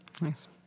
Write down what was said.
Nice